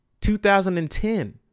2010